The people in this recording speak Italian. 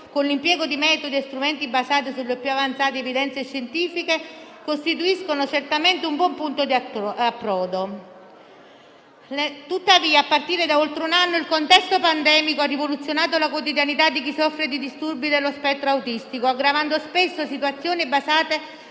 con l'impiego di metodi e strumenti basati sulle più avanzate evidenze scientifiche, costituiscono certamente un buon punto di approdo. Tuttavia, a partire da oltre un anno, il contesto pandemico ha rivoluzionato la quotidianità di chi soffre di disturbi dello spettro autistico, aggravando spesso situazioni basate